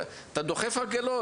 אתה דוחף עגלות.